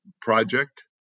project